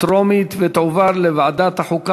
טרומית ותועבר לוועדת החוקה,